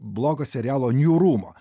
blogo serialo niūrumo